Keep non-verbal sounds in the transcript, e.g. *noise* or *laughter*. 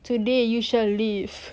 today you shall live *laughs*